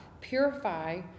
purify